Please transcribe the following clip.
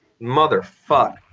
Motherfuck